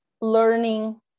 learning